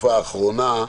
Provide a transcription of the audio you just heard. התקופה האחרונה: